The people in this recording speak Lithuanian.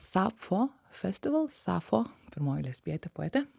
sapfo festival safo pirmoji lesbietė poetė